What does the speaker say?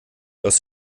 aus